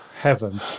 heaven